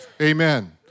Amen